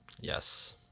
Yes